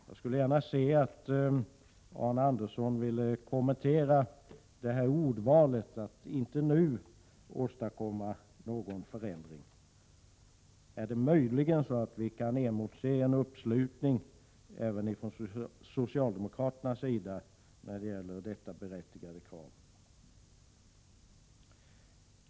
Jag skulle gärna vilja att Arne Andersson i Gamleby kommenterade detta ordval att ”inte nu” åstadkomma någon förändring. Är det möjligen så att vi kan emotse en uppslutning även från socialdemokraterna när det gäller detta berättigade krav?